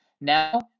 Now